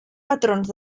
patrons